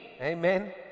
amen